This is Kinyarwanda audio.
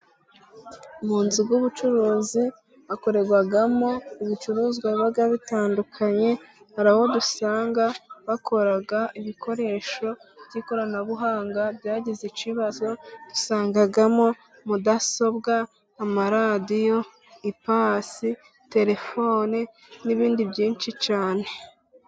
Mu nzu z'ubucuruzi, hakorerwamo ibicuruzwa biba bitandukanye, hari abo dusanga bakora ibikoresho by'ikoranabuhanga byagize ikibazo, dusangamo mudasobwa, amaradiyo, ipasi, terefone, n'ibindi byinshi cyane.